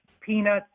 peanuts